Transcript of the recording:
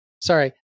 sorry